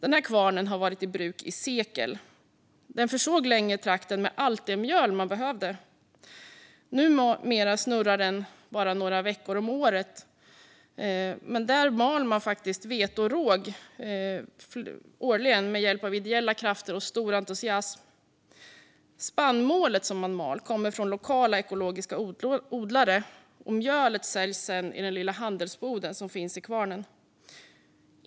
Kvarnen har varit i bruk i sekler. Den försåg länge trakten med allt det mjöl man behövde. Numera snurrar den bara några veckor om året. Varje år mal man vete och råg med hjälp av ideella krafter och stor entusiasm. Det spannmål man mal kommer från lokala, ekologiska odlare, och mjölet säljs sedan i den lilla handelsboden som finns i kvarnen.